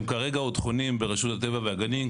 הם כרגע עוד חונים ברשות הטבע והגנים.